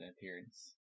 appearance